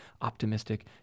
optimistic